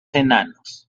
enanos